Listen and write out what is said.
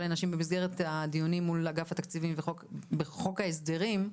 לנשים במסגרת הדיונים מול אגף התקציבים בחוק ההסדרים,